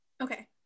okay